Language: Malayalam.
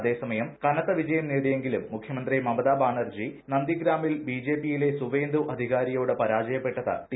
അതേസമയം കനത്ത വിജയം നേടിയെങ്കിലും മുഖ്യമന്ത്രി മമത ബാനർജി നന്ദിഗ്രാമിൽ ബിജെപിയിലെ സുവേന്ദു അധികാരിയോടു പരാജയപ്പെട്ടത് ടി